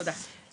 תודה רבה, יפעת.